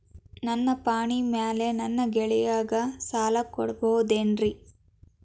ನನ್ನ ಪಾಣಿಮ್ಯಾಲೆ ನನ್ನ ಗೆಳೆಯಗ ಸಾಲ ಕೊಡಬಹುದೇನ್ರೇ?